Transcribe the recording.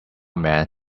man